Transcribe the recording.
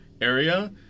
area